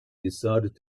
decided